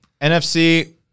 NFC